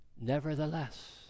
Nevertheless